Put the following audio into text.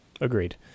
agreed